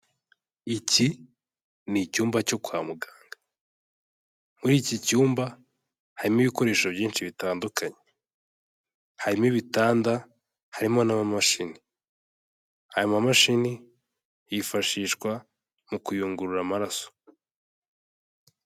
Iki ni icyumba cyo kwa muganga, muri iki cyumba harimo ibikoresho byinshi bitandukanye, harimo ibitanda, harimo n'amamashini, ayo mamashini yifashishwa mu kuyungurura amaraso.